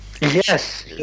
yes